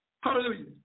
hallelujah